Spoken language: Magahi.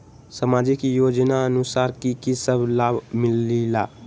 समाजिक योजनानुसार कि कि सब लाब मिलीला?